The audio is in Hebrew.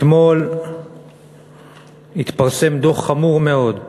אתמול התפרסם דוח חמור מאוד,